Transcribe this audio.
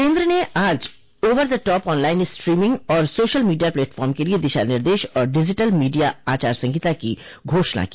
केंद्र ने आज over the top online streaming और सोशल मीडिया प्लेटफॉर्म के लिए दिशानिर्देश और डिजिटल मीडिया आचार संहिता की घोषणा की